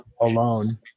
alone